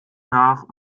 nach